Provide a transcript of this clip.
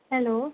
hello